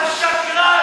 אתה שקרן.